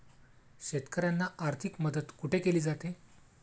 शेतकऱ्यांना आर्थिक मदत कुठे केली जाते?